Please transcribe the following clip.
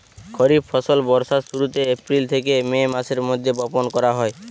খরিফ ফসল বর্ষার শুরুতে, এপ্রিল থেকে মে মাসের মধ্যে বপন করা হয়